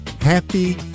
Happy